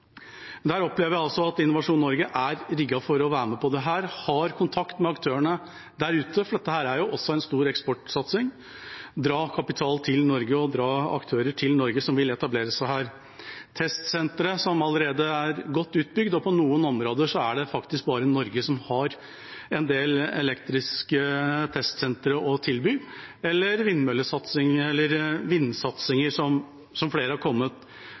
Der opplever jeg at Innovasjon Norge er rigget for å være med på dette, har kontakt med aktørene der ute, for dette er også en stor eksportsatsing: dra kapital til Norge og dra aktører til Norge som vil etablere seg her. Testsentre er allerede godt utbygd, og på noen områder er det faktisk bare Norge som har en del elektriske testsentre å tilby, eller vindmøllesatsing eller vindsatsing, som flere har kommet